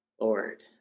Lord